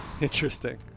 Interesting